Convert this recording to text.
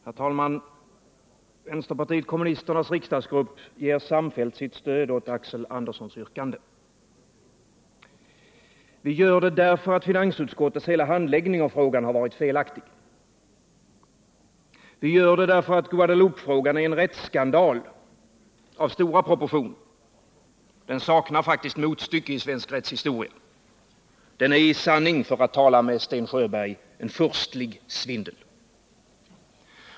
Herr talman! Vänsterpartiet kommunisternas riksdagsgrupp ger samfällt sitt stöd åt Axel Anderssons yrkande. Vi gör det därför att finansutskottets hela handläggning av frågan har varit felaktig. Vi gör det därför att Guadeloupefrågan är en rättsskandal av stora proportioner. Den saknar motstycke i svensk rättshistoria. Den är i sanning, för att tala med Sten Sjöberg, en furstlig svindel.